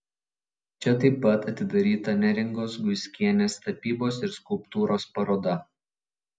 čia taip pat atidaryta neringos guiskienės tapybos ir skulptūros paroda